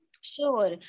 Sure